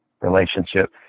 relationship